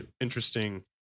interesting